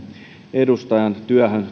edustajan työhön